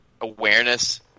awareness